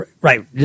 right